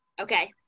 Okay